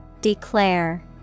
Declare